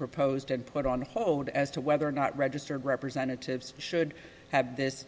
proposed and put on hold as to whether or not registered representatives should have this